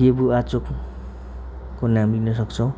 गेबु आचुकको नाम लिन सक्छौँ